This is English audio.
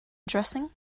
addressing